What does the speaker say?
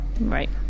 Right